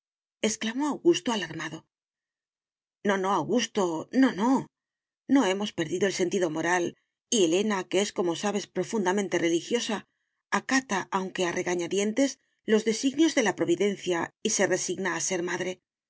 augusto alarmado no no augusto no no no hemos perdido el sentido moral y elena que es como sabes profundamente religiosa acata aunque a regañadientes los designios de la providencia y se resigna a ser madre